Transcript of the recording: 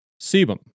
Sebum